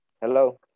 Hello